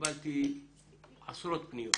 קיבלתי עשרות פניות